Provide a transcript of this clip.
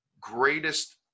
greatest